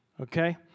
okay